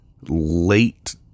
late